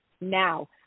now